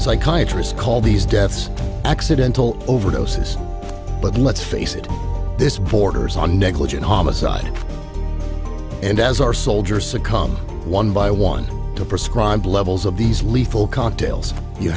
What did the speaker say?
is call these deaths accidental overdoses but let's face it this borders on negligent homicide and as our soldiers succumb one by one to prescribe levels of these lethal cocktails you